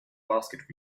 basket